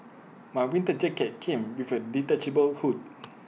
my winter jacket came with A detachable hood